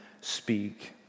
speak